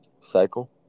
Cycle